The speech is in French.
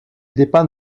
dépend